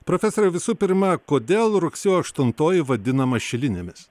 profesoriau visų pirma kodėl rugsėjo aštuntoji vadinama šilinėmis